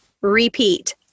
repeat